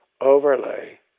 overlay